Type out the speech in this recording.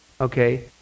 Okay